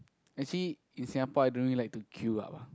actually in Singapore I don't really like to queue up ah